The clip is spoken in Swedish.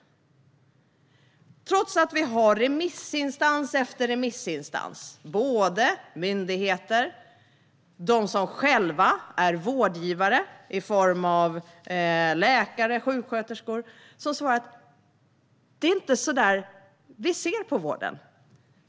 Detta gör man trots att remissinstans efter remissinstans - både myndigheter och de som själva är vårdgivare i form av läkare och sjuksköterskor - har svarat att de inte ser på vården på det viset.